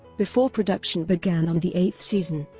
before production began on the eighth season,